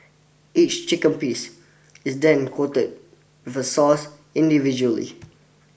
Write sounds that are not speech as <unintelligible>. each chicken piece is then coated <unintelligible> the sauce individually